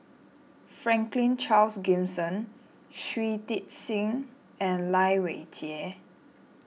Franklin Charles Gimson Shui Tit Sing and Lai Weijie